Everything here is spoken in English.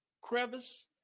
crevice